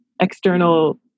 external